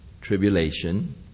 tribulation